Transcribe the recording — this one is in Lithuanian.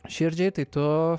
širdžiai tai tu